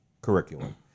curriculum